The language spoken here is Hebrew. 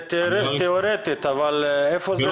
זה תיאורטית אבל איפה זה מתקיים?